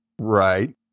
Right